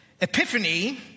Epiphany